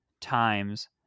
times